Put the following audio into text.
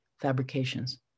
fabrications